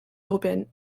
européenne